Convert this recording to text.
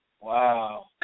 Wow